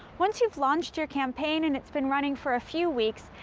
once you've launched your campaign and it's been running for a few weeks,